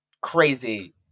crazy